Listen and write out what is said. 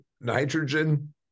nitrogen